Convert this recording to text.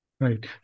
Right